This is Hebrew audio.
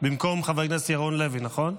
במקום חבר הכנסת ירון לוי, נכון?